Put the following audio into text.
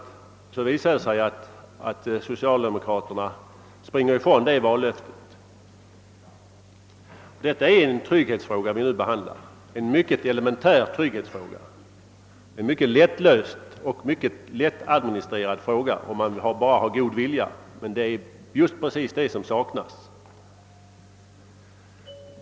Jo, då visar det sig att socialdemokraterna springer ifrån dessa vallöften. Den fråga vi nu behandlar är en mycket elementär trygghetsfråga. Den är lätt att lösa och lätt att administrera om man bara visar god vilja, men det är just denna goda vilja som saknas.